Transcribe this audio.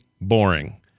boring